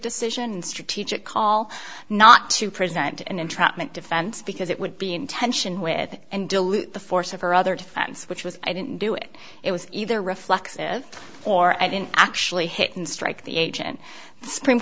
decision strategic call not to present an entrapment defense because it would be in tension with and dilute the force of her other defense which was i didn't do it it was either reflexive or i didn't actually hit and strike the agent the supreme